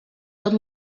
tot